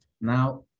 Now